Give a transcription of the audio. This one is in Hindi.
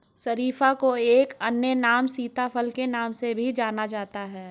शरीफा को एक अन्य नाम सीताफल के नाम से भी जाना जाता है